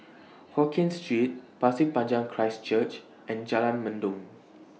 Hokien Street Pasir Panjang Christ Church and Jalan Mendong